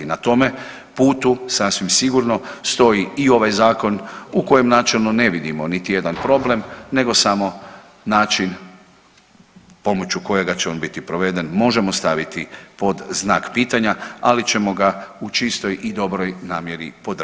Na tome putu sasvim sigurno stoji i ovaj zakon u kojem načelno ne vidimo niti jedan problem nego samo način pomoću kojega će on biti proveden možemo staviti pod znak pitanja, ali ćemo ga u čistoj i dobroj namjeri podržati.